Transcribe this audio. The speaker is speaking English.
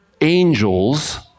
angels